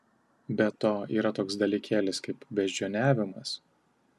be to yra toks dalykėlis kaip beždžioniavimas